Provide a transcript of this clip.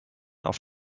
auf